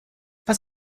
was